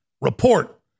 Report